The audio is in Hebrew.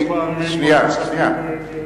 חבר הכנסת רותם,